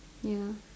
ya